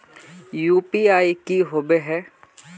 UPI की होबे है?